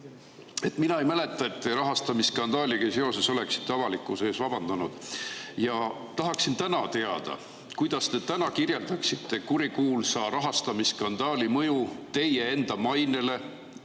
Mina ei mäleta, et te rahastamisskandaaliga seoses oleksite avalikkuse ees vabandanud. Tahaksin teada, kuidas te täna kirjeldaksite kurikuulsa rahastamisskandaali mõju teie enda mainele